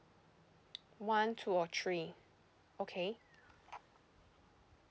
one two or three okay